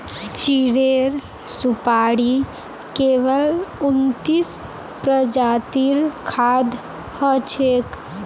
चीड़ेर सुपाड़ी केवल उन्नतीस प्रजातिर खाद्य हछेक